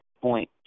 Point